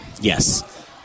yes